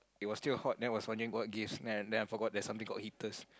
it was still hot then I was wondering what gives then I then I forgot there's something called heaters